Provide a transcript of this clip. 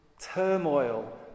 turmoil